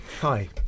Hi